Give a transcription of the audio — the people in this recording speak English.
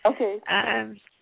Okay